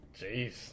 Jeez